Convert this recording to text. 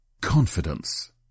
confidence